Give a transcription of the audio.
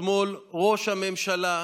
אתמול ראש הממשלה,